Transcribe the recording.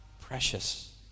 precious